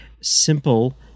simple